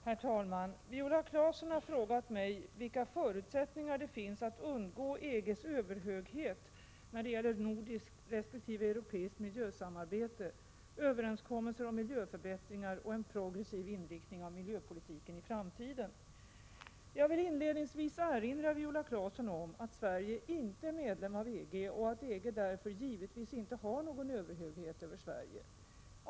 Herr talman! Viola Claesson har frågat mig vilka förutsättningar det finns att undgå EG:s överhöghet när det gäller nordiskt resp. europeiskt miljösamarbete, överenskommelser om miljöförbättringar och en progressiv inriktning av miljöpolitiken i framtiden. Jag vill inledningsvis erinra Viola Claesson om att Sverige inte är medlem av EG och att EG därför givetvis inte har någon överhöghet över Sverige.